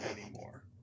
anymore